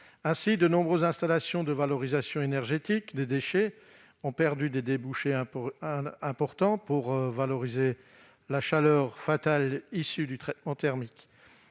Ainsi, de nombreuses installations de valorisation énergétique des déchets ont perdu des débouchés importants pour valoriser la chaleur fatale issue du traitement thermique.